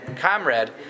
comrade